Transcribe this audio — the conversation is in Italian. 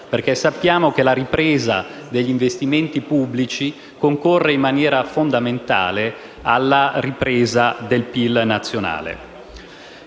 perché sappiamo che la ripresa degli investimenti pubblici concorre in maniera fondamentale alla ripresa del PIL nazionale.